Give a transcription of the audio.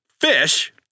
FISH